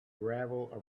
gravel